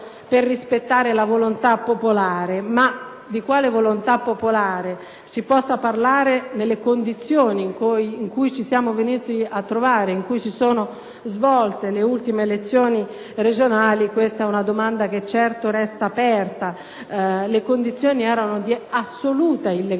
per rispettare la volontà popolare, ma di quale volontà popolare si possa parlare nelle condizioni in cui ci siamo venuti a trovare e nelle quali si sono svolte le ultime elezioni regionali, è una domanda che resta certamente aperta. Le condizioni, infatti, erano di assoluta illegalità.